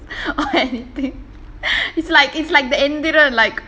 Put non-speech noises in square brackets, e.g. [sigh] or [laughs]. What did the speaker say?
or anything [laughs] it's like it's like the Enthiran like